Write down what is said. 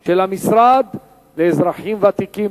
של המשרד לאזרחים ותיקים,